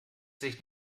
sich